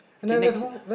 okay next